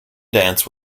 dance